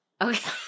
Okay